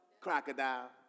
Crocodile